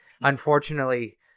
unfortunately